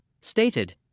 stated